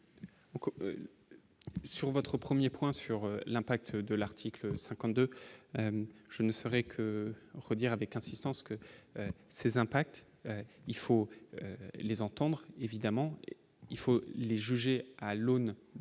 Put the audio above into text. sur votre 1er point sur l'impact de l'article 52 je ne savais que redire avec insistance que ces impacts, il faut les entendre évidemment. Il faut les juger à l'aune de ce qui